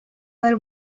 del